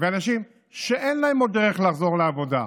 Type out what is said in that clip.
ואנשים שאין להם עוד דרך לחזור לעבודה.